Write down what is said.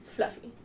Fluffy